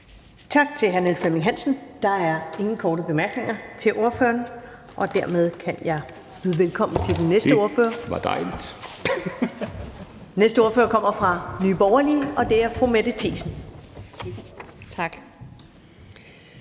Tak til hr. Niels Flemming Hansen. Der er ingen korte bemærkninger til ordføreren, og dermed kan jeg byde velkommen til den næste ordfører, som kommer fra Nye Borgerlige, og det er fru Mette Thiesen. Kl.